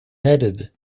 headed